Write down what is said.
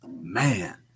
Man